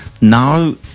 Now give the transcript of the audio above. Now